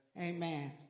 Amen